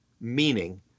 meaning